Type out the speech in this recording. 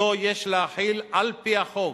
שאותו יש להחיל על-פי החוק.